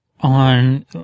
on